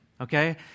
okay